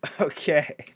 Okay